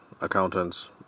accountants